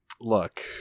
Look